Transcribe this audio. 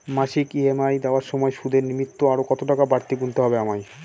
মাসিক ই.এম.আই দেওয়ার সময়ে সুদের নিমিত্ত আরো কতটাকা বাড়তি গুণতে হবে আমায়?